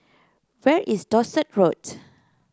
where is Dorset Road